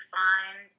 find